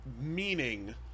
meaning